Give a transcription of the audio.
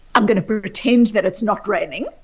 i'm going to pretend that it's not raining,